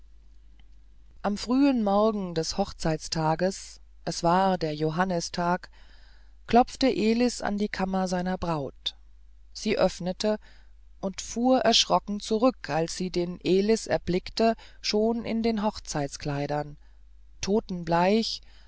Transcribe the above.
am frühen morgen des hochzeitstages es war der johannistag klopfte elis an die kammer seiner braut sie öffnete und fuhr erschrocken zurück als sie den elis erblickte schon in den hochzeitskleidern todbleich